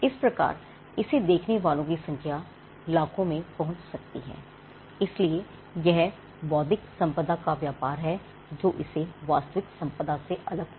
इस प्रकार इसे देखने वालों की संख्या लाखों में पहुंच सकती है इसलिए यह बौद्धिक संपदा का व्यापार है जो इसे वास्तविक संपदा से अलग करता है